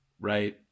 Right